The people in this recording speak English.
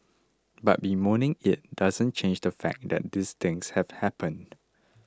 but bemoaning it doesn't change the fact that things have happened